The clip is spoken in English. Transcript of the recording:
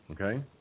Okay